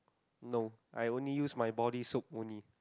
no I only use my body soap only